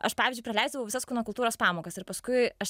aš pavyzdžiui praleisdavau visas kūno kultūros pamokas ir paskui aš